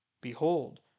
Behold